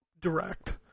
direct